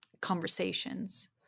conversations